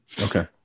okay